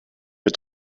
wir